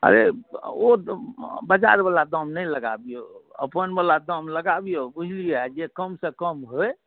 अरे ओ बाजारवला दाम नहि लगबियौ अपनवला दाम लगबियौ बुझलियै आ जे कमसँ कम होय